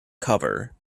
cover